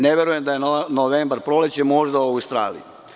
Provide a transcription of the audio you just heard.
Ne verujem da je novembar proleće, osim u Australiji.